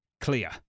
clear